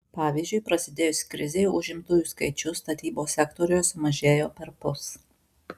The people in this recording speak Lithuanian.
pavyzdžiui prasidėjus krizei užimtųjų skaičius statybos sektoriuje sumažėjo perpus